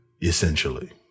essentially